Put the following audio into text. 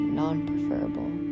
non-preferable